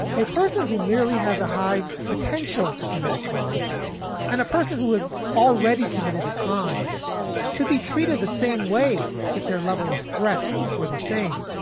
a person who merely has a high potential to commit a crime and a person who has already committed a crime should be treated the same way if their level of threat were the same.